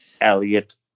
Elliot